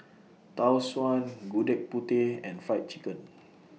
Tau Suan Gudeg Putih and Fried Chicken